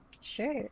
Sure